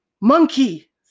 Monkey